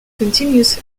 continuous